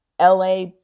la